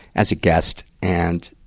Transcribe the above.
as a guest. and,